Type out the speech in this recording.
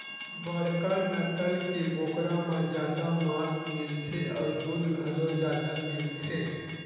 बड़का नसल के बोकरा म जादा मांस मिलथे अउ दूद घलो जादा मिलथे